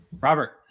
Robert